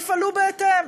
יפעלו בהתאם.